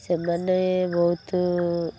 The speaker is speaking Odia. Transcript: ସେମାନେ ବହୁତ